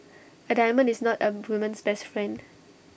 A diamond is not A woman's best friend